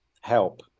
help